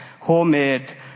Homemade